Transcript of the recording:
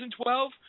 2012